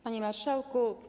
Panie Marszałku!